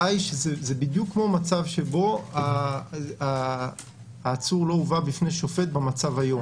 זה בדיון כמו מצב שבו העצור לא הובא בפני שופט במצב היום.